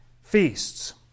feasts